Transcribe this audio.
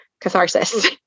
catharsis